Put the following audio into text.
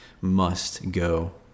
must-go